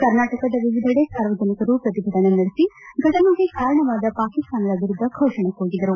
ಕರ್ನಾಟಕದ ವಿವಿಧೆಡೆ ಸಾರ್ವಜನಿಕರು ಪ್ರತಿಭಟನೆ ನಡೆಸಿ ಫಟನೆಗೆ ಕಾರಣವಾದ ಪಾಕಿಸ್ತಾನದ ವಿರುದ್ಧ ಘೋಷಣೆ ಕೂಗಿದರು